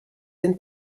den